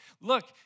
look